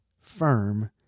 firm